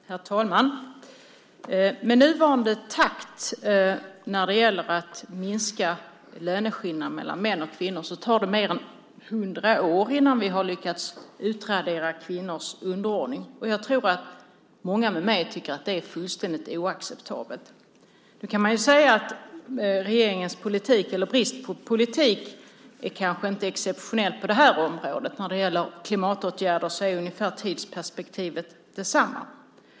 Herr talman! Med nuvarande takt när det gäller att minska löneskillnaden mellan män och kvinnor tar det mer än 100 år innan vi har lyckats utradera kvinnors underordning. Jag tror att många med mig tycker att det är fullständigt oacceptabelt. Man kan ju säga att regeringens politik eller brist på politik kanske inte är exceptionell på det här området. När det gäller klimatåtgärder är tidsperspektivet ungefär detsamma.